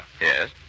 Yes